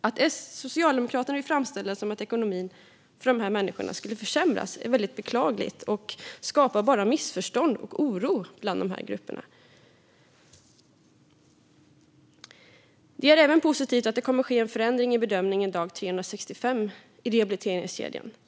Att Socialdemokraterna vill framställa det som att ekonomin för de här människorna skulle försämras är väldigt beklagligt och skapar bara missförstånd och oro bland de här grupperna. Det är även positivt att det kommer att ske en förändring i bedömningen dag 365 i rehabiliteringskedjan.